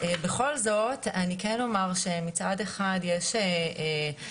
בכל זאת אני כן אומר שמצד אחד יש עלייה,